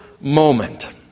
moment